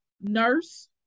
nurse